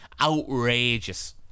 outrageous